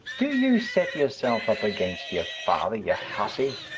do you set yourself up against your father, you hussy?